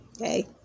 Okay